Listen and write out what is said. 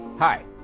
Hi